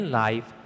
life